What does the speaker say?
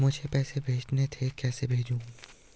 मुझे पैसे भेजने थे कैसे भेजूँ?